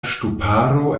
ŝtuparo